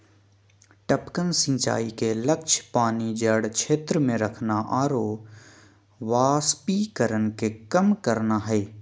टपकन सिंचाई के लक्ष्य पानी जड़ क्षेत्र में रखना आरो वाष्पीकरण के कम करना हइ